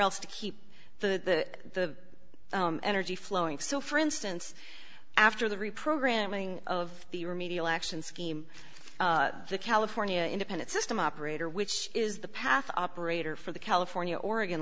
else to keep the energy flowing so for instance after the reprogramming of the remedial action scheme the california independent system operator which is the path operator for the california oregon